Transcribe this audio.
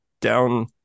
down